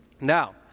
Now